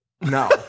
No